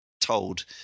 told